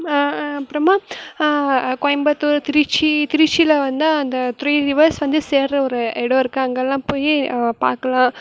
அப்புறமா கோயம்புத்தூர் திருச்சி திருச்சியில் வந்து அந்த த்ரீ ரிவர்ஸ் வந்து சேர்கிற ஒரு இடம் இருக்குது அங்கெல்லாம் போய் பார்க்கலாம்